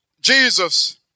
Jesus